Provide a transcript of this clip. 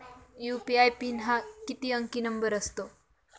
UPI pin हा किती अंकी नंबर असतो?